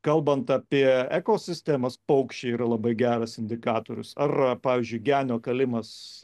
kalbant apie ekosistemas paukščiai yra labai geras indikatorius ar pavyzdžiui genio kalimas